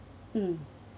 mm